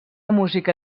música